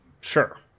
Sure